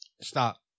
stop